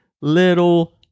little